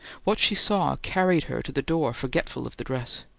what she saw carried her to the door forgetful of the dress.